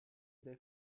dai